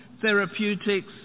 therapeutics